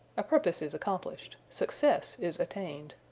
a purpose is accomplished success is attained.